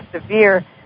severe